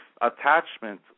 attachment